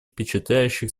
впечатляющих